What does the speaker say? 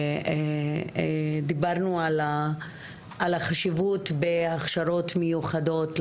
דיברנו על החשיבות בהכשרות מיוחדות לתרגום,